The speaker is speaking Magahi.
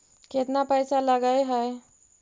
केतना पैसा लगय है?